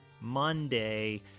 Monday